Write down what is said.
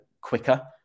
quicker